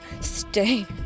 stay